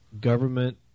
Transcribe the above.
government